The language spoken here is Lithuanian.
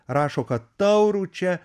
rašo kad taurų čia